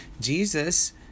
Jesus